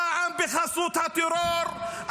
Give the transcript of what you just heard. פעם בחסות הטרור,